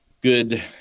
good